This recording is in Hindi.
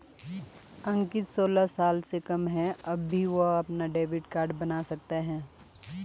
अंकित सोलह साल से कम है तब भी वह अपना डेबिट कार्ड बनवा सकता है